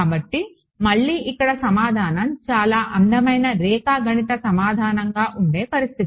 కాబట్టి మళ్ళీ ఇక్కడ సమాధానం చాలా అందమైన రేఖాగణిత సమాధానంగా ఉండే పరిస్థితి